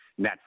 Netflix